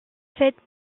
faites